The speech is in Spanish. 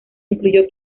incluyó